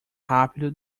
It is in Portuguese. rápido